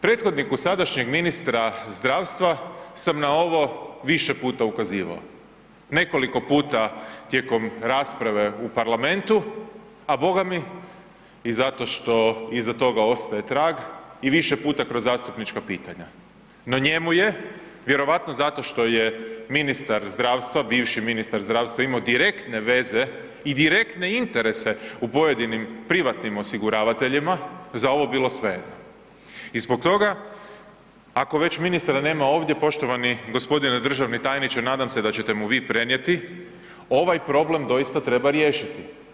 Prethodniku sadašnjeg ministra zdravstva sam na ovo više puta ukazivao, nekoliko puta tijekom rasprave u parlamentu a bogami i za to što iza toga ostaje trag i više puta kroz zastupnička pitanja no njemu je vjerovatno zato što je ministar zdravstva, bivši ministar zdravstva imao direktne veze i direktne interese u pojedinim privatnim osiguravateljima, za ovo bilo svejedno i zbog toga, ako već ministra nema ovdje, poštovani g. državni tajniče, nadam se da ćete mu vi prenijeti, ovaj problem doista treba riješiti.